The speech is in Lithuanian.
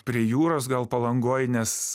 prie jūros gal palangoj nes